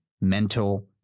mental